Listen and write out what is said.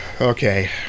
Okay